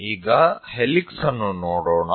ಈಗ ಹೆಲಿಕ್ಸ್ ಅನ್ನು ನೋಡೋಣ